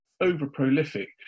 over-prolific